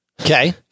Okay